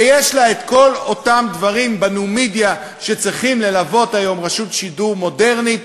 שיש לה כל אותם דברים בניו-מדיה שצריכים ללוות היום רשות שידור מודרנית,